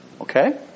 Okay